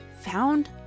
found